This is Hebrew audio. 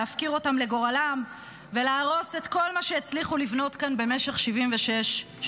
להפקיר אותם לגורלם ולהרוס את כל מה שהצליחו לבנות כאן במשך 76 שנה.